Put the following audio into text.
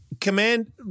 Command